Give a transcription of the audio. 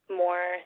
more